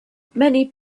many